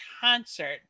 concert